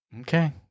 Okay